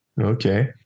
Okay